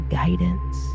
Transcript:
guidance